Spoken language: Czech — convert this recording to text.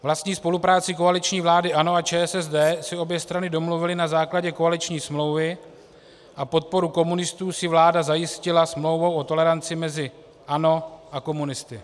Vlastní spolupráci koaliční vlády ANO a ČSSD si obě strany domluvily na základě koaliční smlouvy a podporu komunistů si vláda zajistila smlouvou o toleranci mezi ANO a komunisty.